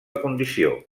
condició